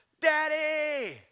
Daddy